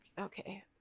okay